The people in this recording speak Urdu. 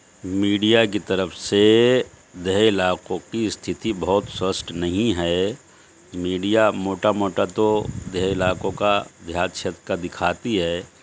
میڈیا کی طرف سے دیہی علاقوں کی استھتی بہت سوسٹھ نہیں ہے میڈیا موٹا موٹا تو دیہی علاقوں کا دیہات چھیتر کا دکھاتی ہے